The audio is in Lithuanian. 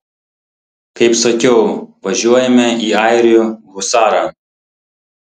kaip sakiau važiuojame į airių husarą